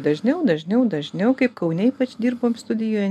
dažniau dažniau dažniau kaip kaune ypač dirbom studijoje